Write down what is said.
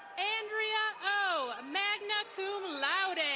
andrea oh, magna cum laude.